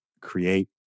create